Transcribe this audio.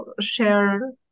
share